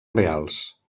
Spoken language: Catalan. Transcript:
reals